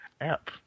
app